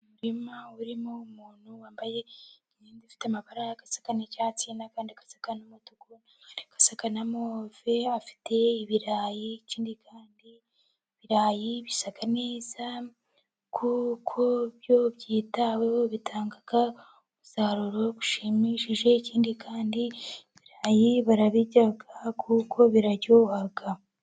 umurima urimo umuntu wambaye imyenda ifite amabara asa n'icyatsi, n'andi asa n'umutuku, n'ayandi asa na move, afite ibirayi, ikindi kandi ibirayi bisa neza, kuko iyo byitaweho bitanga umusaruro ushimishije, ikindi kandi ibirayi barabirya kuko biraryoha.